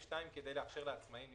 --- 10,000 שקל זה ייגמר תוך עשרה חודשים.